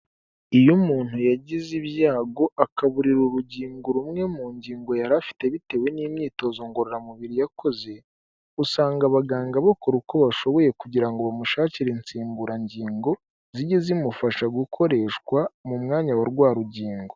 Iyo umuntu yagize ibyago akaburira urugingo rumwe mu ngingo yari afite bitewe n'imyitozo ngororamubiri yakoze, usanga abaganga bakora uko bashoboye kugira ngo bamushakire insimburangingo zijye zimufasha gukoreshwa mu mwanya wa rwa rugingo.